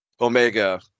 Omega